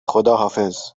خداحافظ